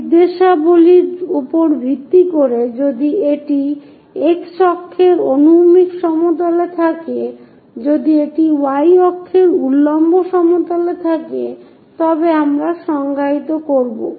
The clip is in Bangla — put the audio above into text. নির্দেশাবলীর উপর ভিত্তি করে যদি এটি x অক্ষ অনুভূমিক সমতলে থাকে যদি এটি y অক্ষ উল্লম্ব সমতলে থাকে তবে আমরা সংজ্ঞায়িত করব